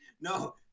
No